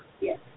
Yes